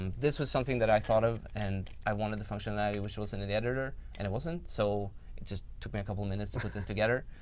and this was something that i thought of and i wanted the functionality, which wasn't in the editor and it wasn't, so it just took me a couple of minutes to put this together.